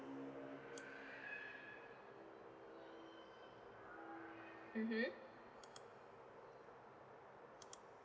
mmhmm